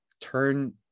turn